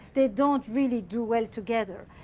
they don't really do well together.